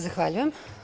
Zahvaljujem.